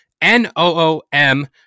N-O-O-M